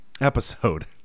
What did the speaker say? episode